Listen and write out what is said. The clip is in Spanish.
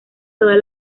todas